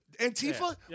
Antifa